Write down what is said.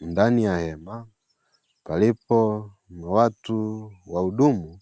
Ndani ya hema, palipo na watu wahudumu